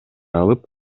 алып